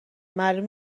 معلوم